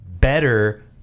better